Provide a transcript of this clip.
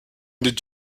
did